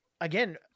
again